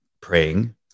praying